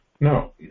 No